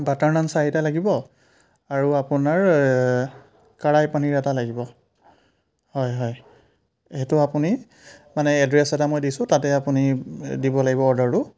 butter naan চাৰিটা লাগিব আৰু আপোনাৰ কাৰাই পনীৰ এটা লাগিব হয় হয় সেইটো আপুনি মানে এড্ৰেছ এটা মই দিছোঁ তাতে আপুনি দিব লাগিব অৰ্ডাৰটো